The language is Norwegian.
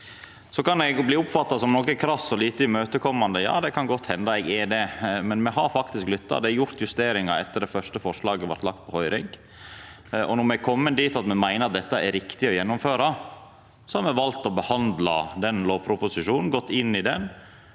eg kan bli oppfatta som noko krass og lite imøtekomande: Ja, det kan godt henda eg er det, men me har faktisk lytta. Det er gjort justeringar etter at det første forslaget blei sendt på høyring, og når me er komne dit at me meiner at dette er riktig å gjennomføra, har me valt å behandla den lovproposisjonen, gått inn i han